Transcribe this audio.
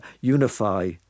unify